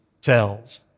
tells